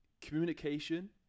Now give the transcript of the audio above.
communication